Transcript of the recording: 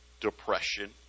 Depression